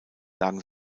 lagen